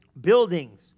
Buildings